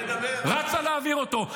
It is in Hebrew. רצת להעביר אותו.